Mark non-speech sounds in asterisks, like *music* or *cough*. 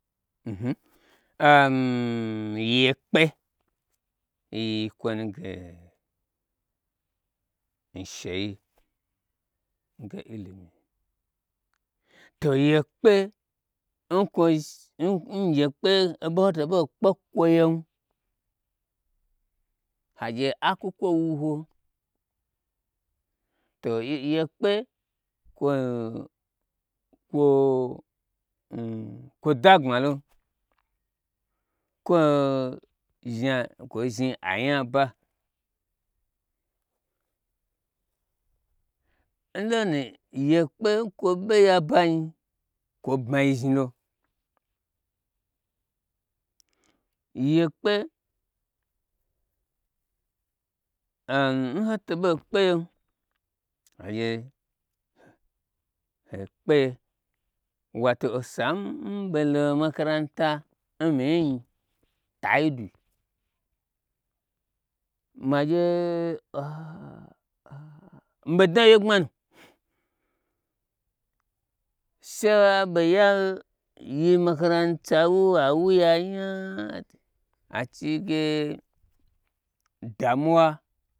*hesitation* yekpe yiyi kwo nu ge n shei n ge ilimi to ykpe n kwo err obo n hoto ɓo kpe kwo yem ha gye akwu kwo wu ho to ye kpe kwo *hesitation* kwo da gbmalo kwo zhin anyia ba nlo nu ye kpe nkwo ɓe yabanyi kwo bmayi zhnilo, ye kpe am n hoto bo kpe yem ha gye hokpeye wato n sai n bwo maka rauta n minyinyi taidu magye a a a miɓei dna nwye gbmanu she abe ya yi makarantawu awuyia nya achi yi ge damuwa